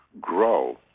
grow